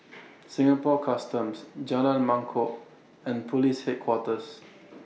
Singapore Customs Jalan Mangkok and Police Headquarters